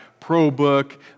ProBook